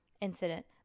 incident